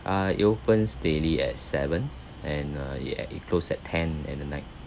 err it opens daily at seven and err it at it close at ten at the night